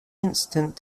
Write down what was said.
incident